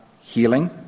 healing